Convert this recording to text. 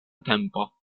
tempo